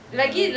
ya